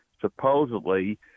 supposedly